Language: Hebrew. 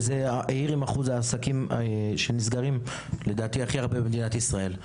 שלדעתי היא העיר עם האחוז הגבוה ביותר של עסקים שנסגרים במדינת ישראל.